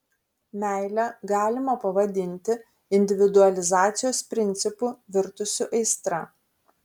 meilę galima pavadinti individualizacijos principu virtusiu aistra